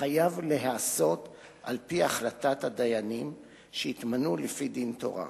חייב להיעשות על-פי החלטת הדיינים שהתמנו לפי דין תורה.